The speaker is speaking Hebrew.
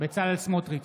בצלאל סמוטריץ'